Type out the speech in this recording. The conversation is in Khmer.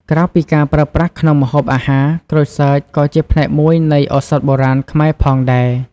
ក្រៅពីការប្រើប្រាស់ក្នុងម្ហូបអាហារ ក្រូចសើចក៏ជាផ្នែកមួយនៃ ឱសថបុរាណ ខ្មែរផងដែរ។